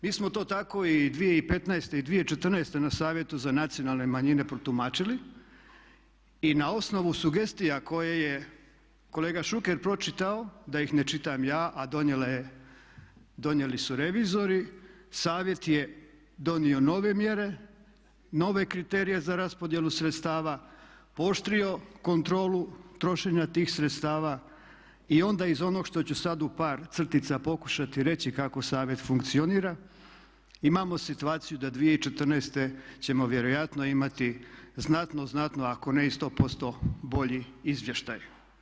Mi smo to tako i 2015. i 2014.na Savjetu za nacionalne manjine protumačili i na osnovu sugestija koje je kolega Šuker pročitao, da ih ne čitam ja, a donijeli su reviziji Savjet je donio nove mjere, nove kriterije za raspodjelu sredstava, pooštrio kontrolu trošenja tih sredstava i onda iz onog što ću sad u par crtica pokušati reći kako Savjet funkcionira, imamo situaciju da 2014.ćemo vjerojatno imati znatno, znatno ako ne i 100% bolji izvještaj.